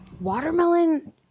watermelon